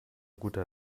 guter